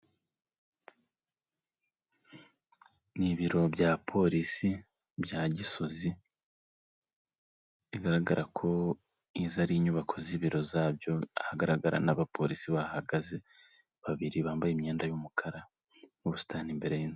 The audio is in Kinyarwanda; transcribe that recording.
Ni ibiro bya polisi bya gisozi, biragaragara ko n' izi ari inyubako z'ibiro zabyo, ahagaragara n'abapolisi bahagaze babiri bambaye imyenda y'umukara n'ubusitani imbere y'inzu.